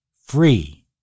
Free